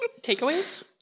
Takeaways